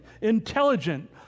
intelligent